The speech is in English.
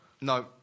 No